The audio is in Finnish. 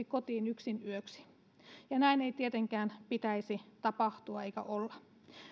kotiin yksin yöksi ja näin ei tietenkään pitäisi tapahtua eikä olla